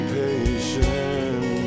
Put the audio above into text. patient